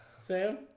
Sam